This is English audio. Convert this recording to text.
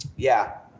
yeah.